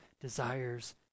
desires